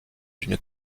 d’une